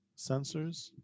sensors